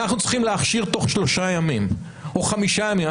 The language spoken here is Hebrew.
אנחנו צריכים להכשיר תוך שלושה ימים או חמישה ימים.